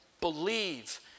believe